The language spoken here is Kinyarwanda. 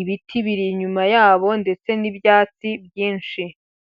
ibiti biri inyuma yabo ndetse n'ibyatsi byinshi.